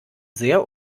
sehr